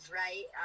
right